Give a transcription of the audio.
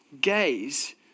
gaze